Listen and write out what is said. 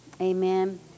amen